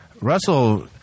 Russell